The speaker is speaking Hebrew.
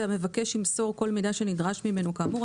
והמבקש ימסור כל מידע שנדרש ממנו כאמור.